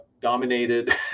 dominated